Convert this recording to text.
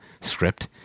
script